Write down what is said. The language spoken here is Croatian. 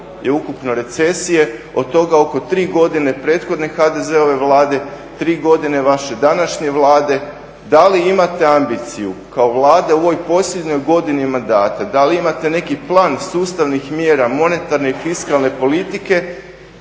je ukupno recesije od toga oko 3 godine prethodne HDZ-ove vlade, 3 godine vaše današnje Vlade. Da li imate ambiciju kao Vlada u ovoj posljednjoj godini mandata, da li imate neki plan sustavnih mjera, monetarne i fiskalne politike